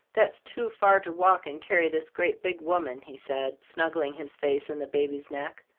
that's too far to walk and carry this great big woman, he said, snuggling his face in the baby's neck,